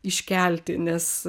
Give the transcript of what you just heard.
iškelti nes